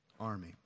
army